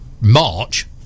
March